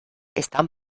están